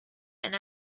and